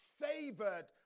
favored